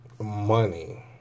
money